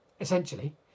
essentially